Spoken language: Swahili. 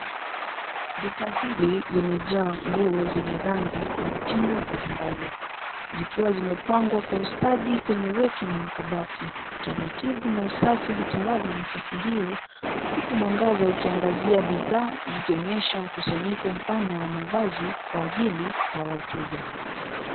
Duka hili limejaa nguo zenye rangi na mitindo mbalimbali, zikiwa zimepangwa kwa ustadi kwenye reki na makabati. Taratibu na usafi hutawala nafasi hiyo, huku mwangaza ukiangazia bidhaa zikionyesha mkusanyiko mpana wa mavazi kwa ajili ya wateja.